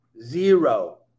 zero